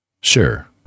Sure